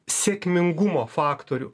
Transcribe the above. sėkmingumo faktorių